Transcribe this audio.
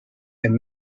and